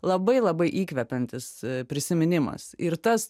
labai labai įkvepiantis prisiminimas ir tas